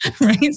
Right